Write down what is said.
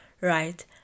right